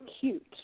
cute